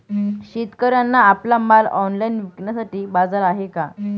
शेतकऱ्यांना आपला माल ऑनलाइन विकण्यासाठी बाजार आहे का?